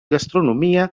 gastronomia